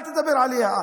אל תדבר עליה,